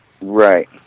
right